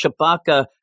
Chewbacca